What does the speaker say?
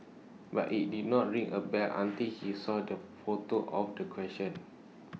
but IT did not ring A bell until he saw the photo of the question